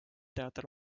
teatel